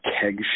Keg